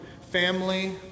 family